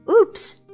oops